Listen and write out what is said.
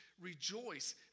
rejoice